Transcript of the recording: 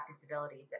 disabilities